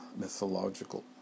mythological